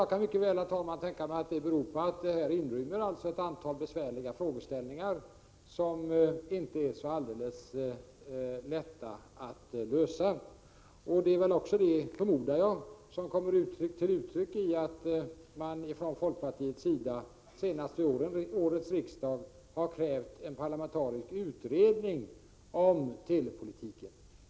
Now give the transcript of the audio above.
Jag kan mycket väl tänka mig, herr talman, att detta beror på att en ändring av förhållandena inrymmer ett antal besvärliga problem, som inte är så lätta att lösa. Det är väl också detta, förmodar jag, som kommer till uttryck i att folkpartiet senast under årets riksmöte har krävt en parlamentarisk utredning om telepolitiken.